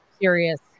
serious